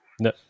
No